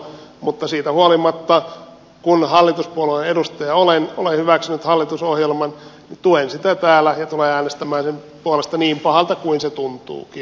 mutta siitä huolimatta kun hallituspuolueen edustaja olen olen hyväksynyt hallitusohjelman niin tuen sitä täällä ja tulen äänestämään sen puolesta niin pahalta kuin se tuntuukin